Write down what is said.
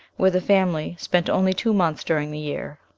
where the family spent only two months during the year.